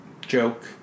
joke